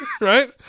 Right